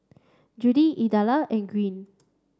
Judy Idella and Greene